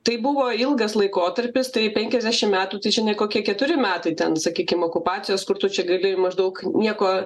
tai buvo ilgas laikotarpis tai penkiasdešimt metų tai čia ne kokie keturi metai ten sakykim okupacijos kur tu čia gali maždaug nieko